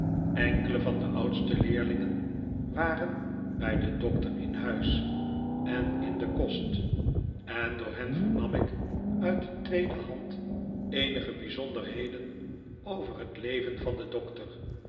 enkele van de oudste leerlingen waren bij den doctor in huis en in den kost en door hen vernam ik uit de tweede hand eenige bijzonderheden over het leven van den doctor